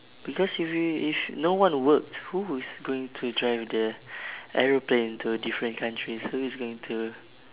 because if you if no one works who is going to drive the airplane to different countries who is going to